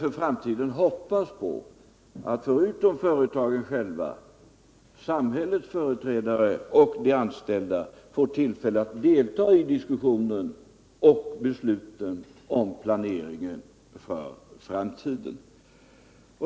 För framtiden hoppas vi att samhällets företrädare och de anställda får tillfälle att delta i diskussionen och besluten om planeringen för framtiden.